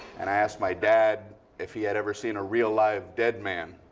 and i asked my dad if he had ever seen a real live dead man.